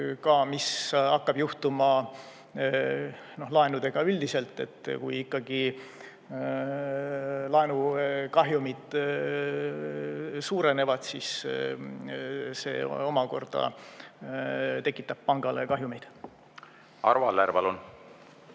mis hakkab juhtuma laenudega üldiselt. Kui ikkagi laenukahjumid suurenevad, siis see omakorda tekitab pangale kahjumeid. Aitäh selle